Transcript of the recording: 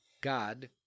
God